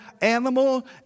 animal